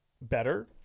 better